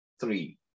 three